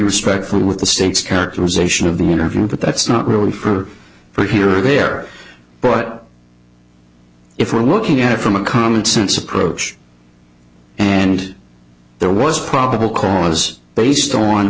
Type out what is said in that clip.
respectfully with the state's characterization of the interview but that's not really for her here or there but if we're looking at it from a commonsense approach and there was probable cause based on